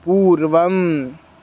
पूर्वम्